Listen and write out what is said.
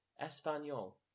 Espanol